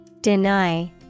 Deny